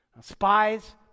Spies